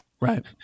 Right